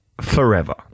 forever